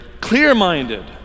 Clear-minded